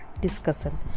discussion